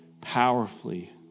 powerfully